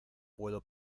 puedo